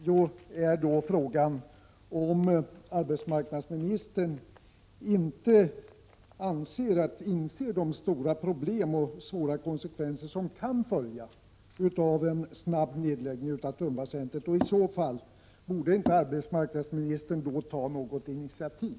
Jag vill fråga om arbetsmarknadsministern inte inser vilka stora problem och svåra konsekvenser som kan bli följden av en snabb nedläggning av Tumbacentret. Och borde inte arbetsmarknadsministern i så fall ta något initiativ?